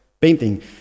painting